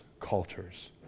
cultures